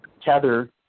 Tether